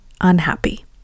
unhappy